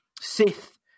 Sith